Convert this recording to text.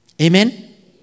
Amen